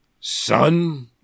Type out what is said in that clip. son